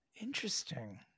Interesting